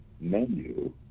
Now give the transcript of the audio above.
menu